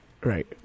Right